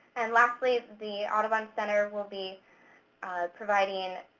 and lastly, the audubon center will be providing